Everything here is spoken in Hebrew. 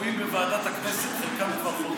תקועים בוועדת הכנסת, חלקם כבר חודשים.